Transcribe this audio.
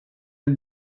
and